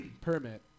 permit